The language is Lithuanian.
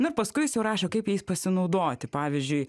na ir paskui jis jau surašo kaip jais pasinaudoti pavyzdžiui